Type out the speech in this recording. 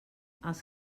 els